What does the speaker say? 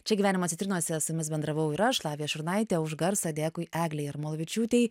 čia gyvenimo citrinose su jumis bendravau ir aš lavija šurnaitė už garsą dėkui eglei jarmalavičiūtei